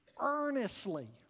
Earnestly